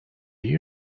you